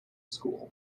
school